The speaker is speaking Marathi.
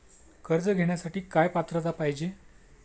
कर्ज घेण्यासाठी काय पात्रता पाहिजे?